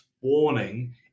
warning